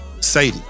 Sadie